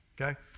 okay